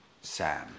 sam